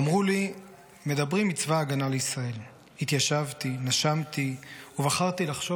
"אמרו לי 'מדברים מצבא הגנה לישראל' / התיישבתי נשמתי ובחרתי לחשוב